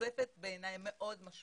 תוספת מאוד משמעותית.